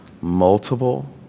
multiple